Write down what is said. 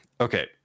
okay